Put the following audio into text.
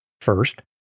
First